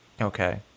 okay